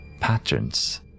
patterns